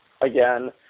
again